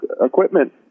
equipment